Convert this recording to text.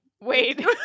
Wait